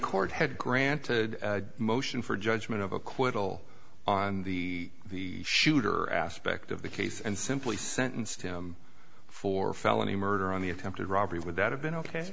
rt had granted motion for judgment of acquittal on the the shooter aspect of the case and simply sentenced him for felony murder on the attempted robbery would that have been ok